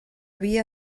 havia